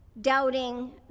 doubting